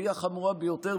והיא החמורה ביותר,